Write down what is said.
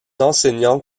enseignants